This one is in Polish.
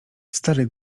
stary